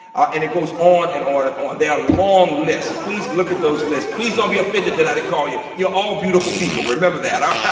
and it goes on and on and on. there a long list. please look at those lists. please don't be offended that i didn't call you. you're all beautiful people, remember that. um